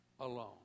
alone